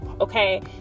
okay